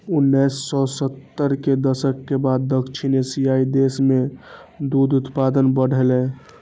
उन्नैस सय सत्तर के दशक के बाद दक्षिण एशियाइ देश मे दुग्ध उत्पादन बढ़लैए